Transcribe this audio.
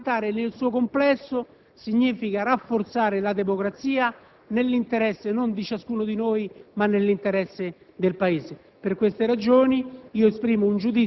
Rafforzare l'istituzione parlamentare nel suo complesso significa rafforzare la democrazia nell'interesse non di ciascuno di noi, ma del Paese.